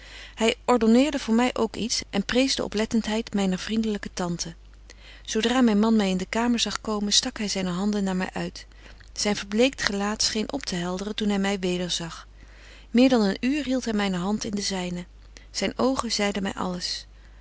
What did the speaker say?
hy ordonneerde voor my ook iets en prees de oplettentheid myner vriendelyke tante zo dra myn man my in de kamer zag komen stak hy zyne handen naar my uit zyn verbleekt gelaat scheen optehelderen toen hy my weder zag meer dan een uur hieldt hy myne hand in de zyne zyn oogen zeiden my alles